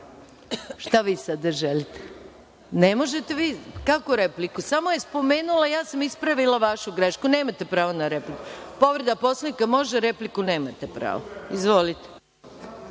vi sada želite? Kako repliku, samo je spomenula, ja sam ispravila vašu grešku. Nemate pravo na repliku. Povreda Poslovnika može, a na repliku nemate pravo. Izvolite.